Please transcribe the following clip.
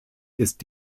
ist